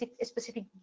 specific